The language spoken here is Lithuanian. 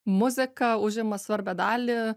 muzika užima svarbią dalį